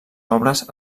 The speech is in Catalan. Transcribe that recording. obres